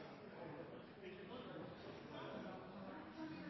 ikkje